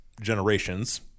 generations